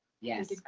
Yes